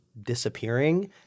disappearing